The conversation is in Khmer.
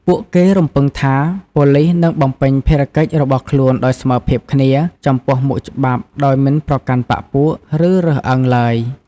ពួកគេរំពឹងថា ប៉ូលីសនឹងបំពេញភារកិច្ចរបស់ខ្លួនដោយស្មើភាពគ្នា ចំពោះមុខច្បាប់ ដោយមិនប្រកាន់បក្សពួក ឬរើសអើងឡើយ។